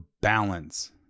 balance